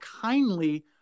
kindly